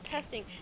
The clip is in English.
testing